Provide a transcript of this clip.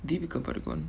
deepika padukone